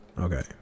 okay